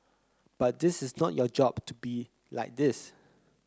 but this is not your job to be like this